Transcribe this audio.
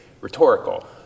rhetorical